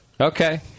okay